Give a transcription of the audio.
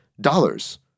dollars